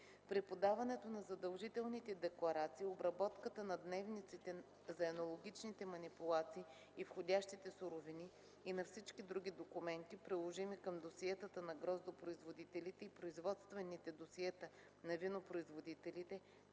При подаването на задължителните декларации, обработката на дневниците за енологичните манипулации и входящите суровини, и на всички други документи, приложими към досиетата на гроздопроизводителите и производствените досиета на винопроизводителите,